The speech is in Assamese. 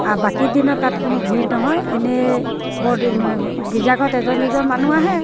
আৰু বাকী দিনত তাত কোনো ভিৰ নহয় এনেই বৰ গীৰ্জাঘৰত এজন দুজন মানুহ আহে